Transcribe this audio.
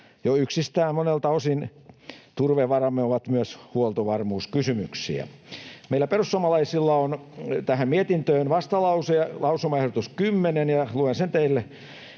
turvepohjaista. Monelta osin turvevaramme ovat myös jo yksistään huoltovarmuuskysymyksiä. Meillä perussuomalaisilla on tähän mietintöön vastalause, lausumaehdotus 10, ja luen sen teille.